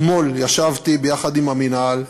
אתמול ישבתי ביחד עם המינהל,